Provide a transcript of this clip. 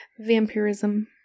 vampirism